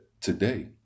today